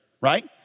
right